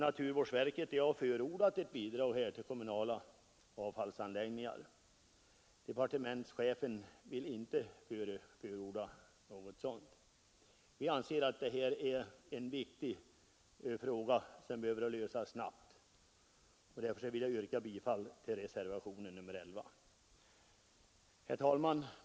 Naturvårdsverket har förordat ett bidrag till kommunala avfallsanläggningar. Departementschefen vill inte förorda något sådant. Vi anser att detta är ett viktigt problem, som måste lösas snabbt. Därför yrkar jag bifall till reservationen 11. Herr talman!